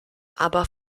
aber